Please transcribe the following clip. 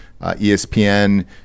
ESPN